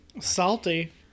Salty